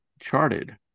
charted